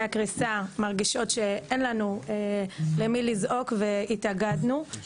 הקריסה מרגישות שאין לנו למי לזעוק והתאגדנו,